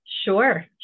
Sure